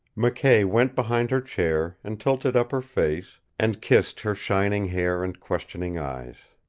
mckay went behind her chair, and tilted up her face, and kissed her shining hair and questioning eyes.